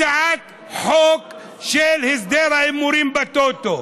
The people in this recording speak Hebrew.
הצעת חוק של הסדר ההימורים בטוטו,